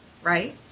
Right